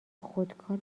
خودکار